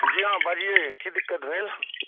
जी हँ बाजियै की दिक्कत भेल